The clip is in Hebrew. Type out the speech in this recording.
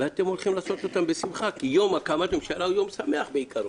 ואתם הולכים לעשות זאת בשמחה כי יום הקמת ממשלה הוא יום שמח בעיקרו.